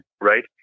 right